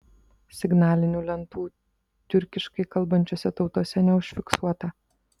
signalinių lentų tiurkiškai kalbančiose tautose neužfiksuota